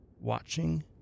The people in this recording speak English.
watching